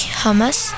hummus